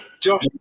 Josh